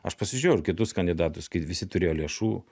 aš pasižiūrėjau ir kitus kandidatus kai visi turėjo lėšų